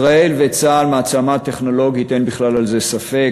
ישראל, וצה"ל, מעצמה טכנולוגית, אין בזה בכלל ספק.